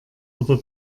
oder